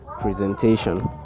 presentation